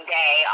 day